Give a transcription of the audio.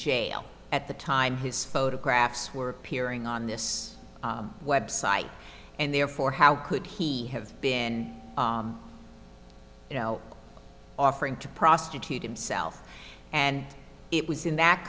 jail at the time his photographs were appearing on this website and therefore how could he have been you know offering to prostitute himself and it was in that